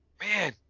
Man